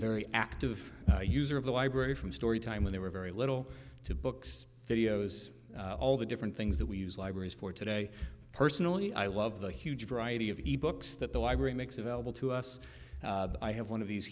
very active user of the library from story time when they were very little to books videos all the different things that we use libraries for today personally i love the huge variety of e books that the library makes available to us i have one of these